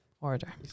order